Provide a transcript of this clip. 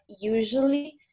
usually